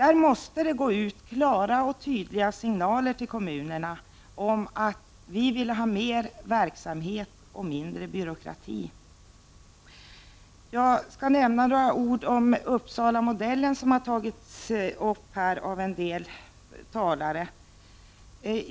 Där måste det gå ut klara och tydliga signaler till kommunerna om att vad som önskas är mer av verksamhet och mindre av byråkrati. Jag skall säga några ord om Uppsalamodellen, som har tagits upp av en del talare.